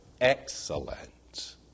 excellent